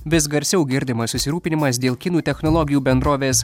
vis garsiau girdimas susirūpinimas dėl kinų technologijų bendrovės